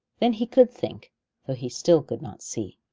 then he could think, though he still could not see,